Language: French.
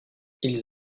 ils